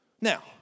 Now